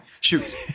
Shoot